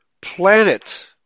planet